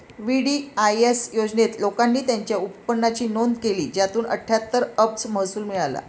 VDIS योजनेत, लोकांनी त्यांच्या उत्पन्नाची नोंद केली, ज्यातून अठ्ठ्याहत्तर अब्ज महसूल मिळाला